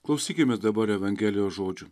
klausykimės dabar evangelijos žodžių